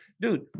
Dude